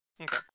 Okay